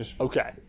Okay